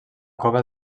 cova